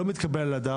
זה לא מתקבל על הדעת.